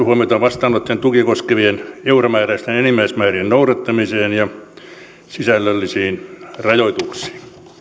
huomiota vastaanotettuja tukia koskevien euromääräisten enimmäismäärien noudattamiseen ja sisällöllisiin rajoituksiin